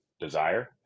desire